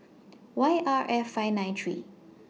Y R F five nine three